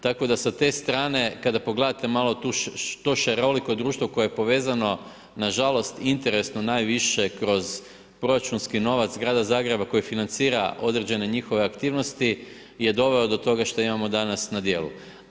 Tako da sa te strane kada pogledate malo to šaroliko društvo koje je povezano nažalost interesno najviše kroz proračunski novac Grada Zagreba koji financira određene njihove aktivnosti je doveo do toga što imamo danas na djelu.